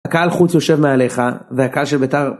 הקהל חוץ יושב מעליך, והקהל של ביתר...